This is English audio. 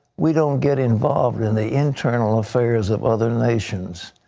we don't get involved in the internal affairs of other nations.